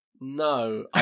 No